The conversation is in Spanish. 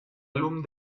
álbum